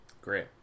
Great